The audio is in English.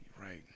Right